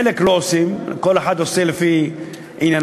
חלק לא עושים, כל אחד עושה לפי ענייניו.